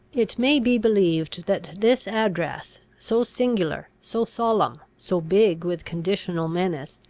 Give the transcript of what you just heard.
it may be believed that this address, so singular, so solemn, so big with conditional menace,